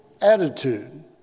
attitude